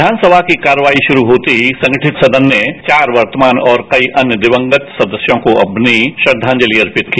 विधानसभा की कार्रवाई शुरू होते ही संगठित सदन ने चार वर्तमान और कई अन्य दिवंगत सदस्यों को अपनी श्रद्वांजलि अर्पित की